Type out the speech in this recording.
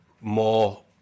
more